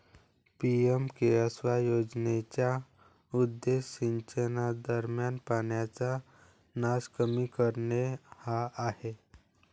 PMKSY योजनेचा उद्देश सिंचनादरम्यान पाण्याचा नास कमी करणे हा आहे